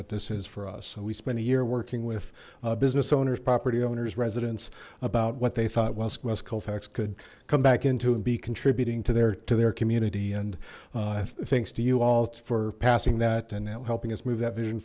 what this is for us we spent a year working with business owners property owners residents about what they thought was west colfax could come back into and be contributing to their to their community and thanks to you all for passing that and helping us move that vision